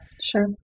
Sure